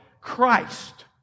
Christ